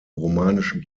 romanischen